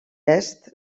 est